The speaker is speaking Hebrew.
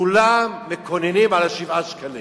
כולם מקוננים על ה-7 שקלים